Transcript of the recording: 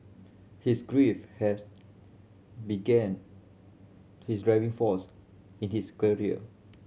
his grief has began his driving force in his career